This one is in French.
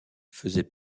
faisaient